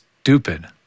stupid